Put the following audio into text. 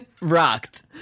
rocked